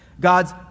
God's